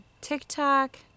TikTok